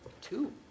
Two